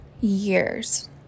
years